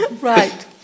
right